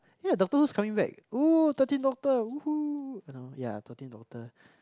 ya Doctor Who is coming back !ooh! thirteenth doctor !woohoo! ya thirteenth doctor